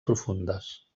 profundes